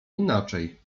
inaczej